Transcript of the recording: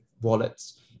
wallets